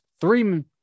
three